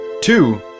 Two